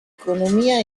economia